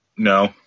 No